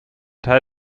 teil